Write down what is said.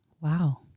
Wow